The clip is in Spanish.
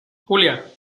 julia